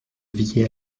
veiller